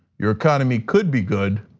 your economy could be good,